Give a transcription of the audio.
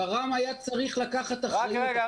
ור"מ היה צריך לקחת אחריות.